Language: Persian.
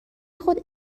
خود